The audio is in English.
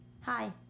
Hi